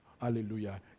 Hallelujah